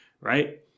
right